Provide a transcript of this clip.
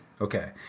Okay